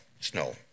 snow